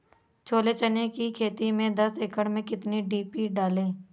छोले चने की खेती में दस एकड़ में कितनी डी.पी डालें?